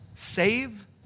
Save